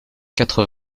quatre